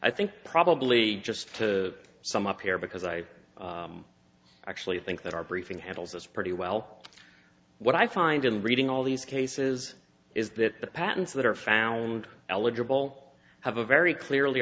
i think probably just to sum up here because i actually think that our briefing handles us pretty well what i find in reading all these cases is that the patents that are found eligible have a very clearly